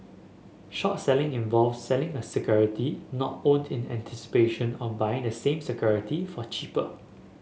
short selling involves selling a security not owned in anticipation of buying the same security for cheaper